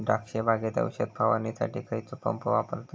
द्राक्ष बागेत औषध फवारणीसाठी खैयचो पंप वापरतत?